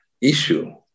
issue